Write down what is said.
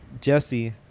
Jesse